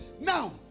Now